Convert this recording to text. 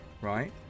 right